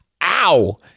Ow